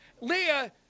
Leah